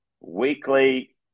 weekly